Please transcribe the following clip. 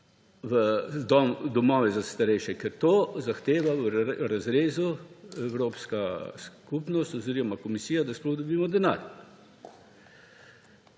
v domove za starejše, ker to zahteva v razrezu Evropska komisija, da sploh dobimo denar.